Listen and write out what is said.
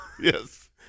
Yes